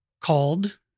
called